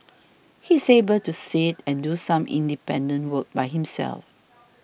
he's able to sit and do some independent work by himself